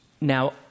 Now